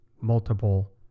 multiple